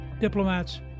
diplomats